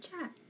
chat